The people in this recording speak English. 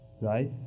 Right